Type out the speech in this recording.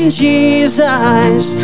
jesus